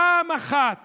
פעם אחת